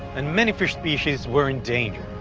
and many fish species were in danger.